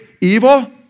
evil